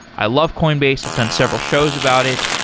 i love coinbase. i've done several shows about it.